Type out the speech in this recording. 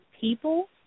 people